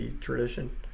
tradition